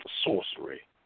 sorcery